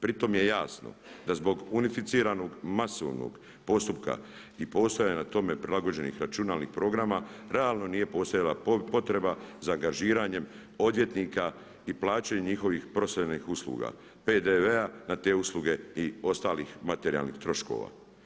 Pritom je jasno da zbog unificiranog masovnog postupka i postojanja na tome prilagođenih računalnih programa realno nije postojala potreba za angažiranjem odvjetnika i plaćanje njihovih profesionalnih usluga, PDV-a na te usluge i ostalih materijalnih troškova.